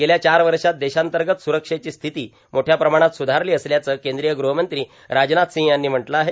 गेल्या चार वषात देशांतगत सुरक्षेची स्थिती मोठ्या प्रमाणात सुधारलो असल्याचं कद्रीय गृहमंत्री राजनाथ रासंह यांनी म्हटलं आहे